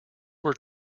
were